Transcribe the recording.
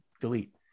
delete